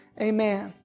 Amen